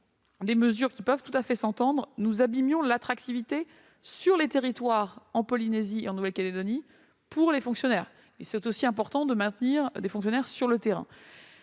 des mesures qui peuvent tout à fait s'entendre, nous abîmions l'attractivité des territoires de Polynésie française et de Nouvelle-Calédonie pour les fonctionnaires. C'est aussi important de maintenir des fonctionnaires sur le terrain.